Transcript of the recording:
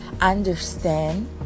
understand